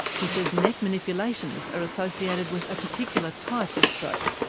he says neck manipulations are associated with a particular type of stroke,